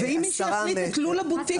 ואם מישהו החליט לחלק את לול הבוטיק הזה?